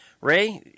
Ray